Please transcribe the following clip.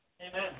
Amen